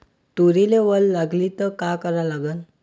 तुरीले वल लागली त का करा लागन?